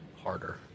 harder